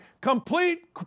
complete